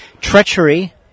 Treachery